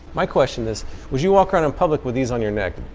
my question is would you walk around in public with these on your neck?